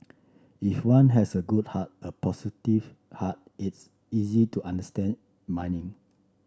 if one has a good heart a positive heart it's easy to understand miming